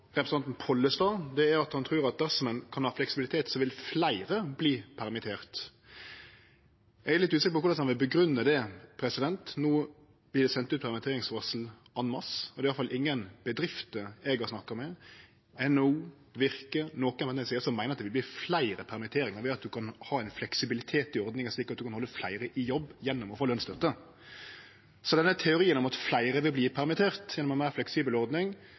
representanten Pollestad er at han trur at dersom ein kan ha fleksibilitet, vil fleire verte permitterte. Eg er litt usikker på korleis han vil grunngje det. No vert det sendt ut permitteringsvarsel en masse. Det er iallfall ingen bedrifter eg har snakka med – NHO, Virke eller andre – som meiner at det vil verte fleire permitteringar om ein har fleksibilitet i ordninga, slik at ein kan halde fleire i jobb gjennom å få lønsstøtte. Så denne teorien om at fleire vil verte permitterte gjennom ei meir fleksibel ordning,